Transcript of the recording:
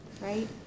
Right